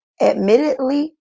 Admittedly